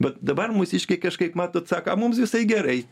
bet dabar mūsiškiai kažkaip matot sako a mums visai gerai